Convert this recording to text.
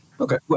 Okay